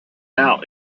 now